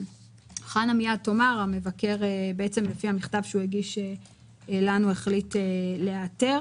חנה רותם מייד תאמר: המבקר לפי המכתב שהוא הגיש לנו החליט להיעתר.